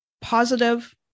positive